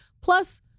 plus